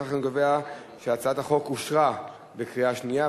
לפיכך אני קובע שהצעת החוק אושרה בקריאה שנייה.